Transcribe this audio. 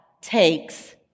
takes